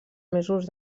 mesos